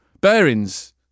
Bearings